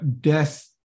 death